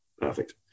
Perfect